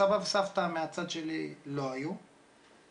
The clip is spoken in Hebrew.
סבא וסבתא מהצד שלי לא היו בכלל,